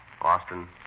Austin